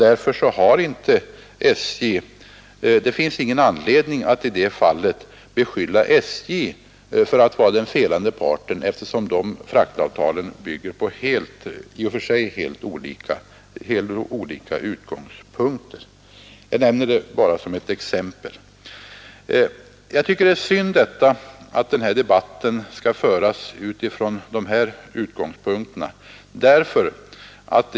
Därför finns det ingen anledning att i detta fall beskylla SJ för att vara den felande parten, eftersom fraktavtalen bygger på i och för sig helt olika utgångspunkter. Jag har nämnt detta bara som ett exempel. Jag tycker att det är synd att denna debatt skall föras utifrån dessa utgångspunkter.